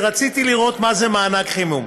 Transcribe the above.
רציתי לראות מה זה מענק חימום.